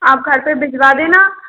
आप घर पे भिजवा देना